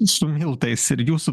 su miltais ir jūsų